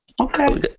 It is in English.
Okay